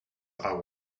are